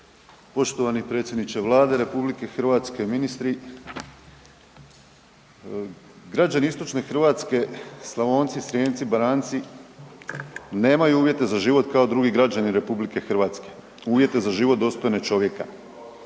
poštovani predsjedniče Vlade RH i ministri. Građani istočne Hrvatske, Slavonci, Srijemci, Baranjci, nemaju uvjete za život kao drugi građani RH, uvjete za život dostojne čovjeka.